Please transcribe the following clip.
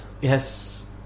Yes